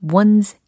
one's